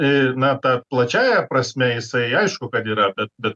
į na ta plačiąja prasme jisai aišku kad yra bet bet